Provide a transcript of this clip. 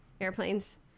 airplanes